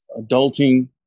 adulting